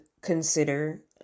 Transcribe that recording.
consider